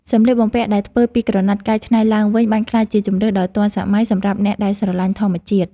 សម្លៀកបំពាក់ដែលធ្វើពីក្រណាត់កែច្នៃឡើងវិញបានក្លាយជាជម្រើសដ៏ទាន់សម័យសម្រាប់អ្នកដែលស្រឡាញ់ធម្មជាតិ។